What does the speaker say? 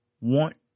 want